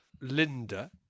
Linda